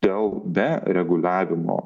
dėl be reguliavimo